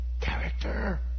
character